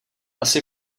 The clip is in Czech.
asi